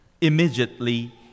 Immediately